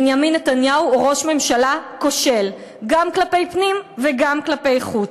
בנימין נתניהו הוא ראש ממשלה כושל גם כלפי פנים וגם כלפי חוץ.